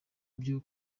byo